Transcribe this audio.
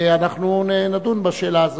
אנחנו נדון בשאלה הזאת.